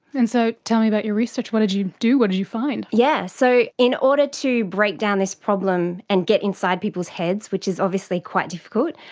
and so tell me about your research, what did you do, what did you find? yes, so in order to break down this problem and get inside people's heads, which is obviously quite difficult,